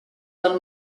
del